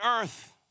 earth